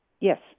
Yes